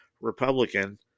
Republican